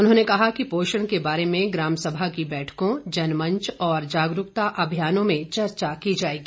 उन्होंने कहा कि पोषण के बारे में ग्रामसभा की बैठकों जनमंच और जागरूकता अभियानों में चर्चा की जाएगी